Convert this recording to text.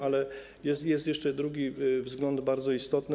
Ale jest jeszcze jeden wzgląd bardzo istotny.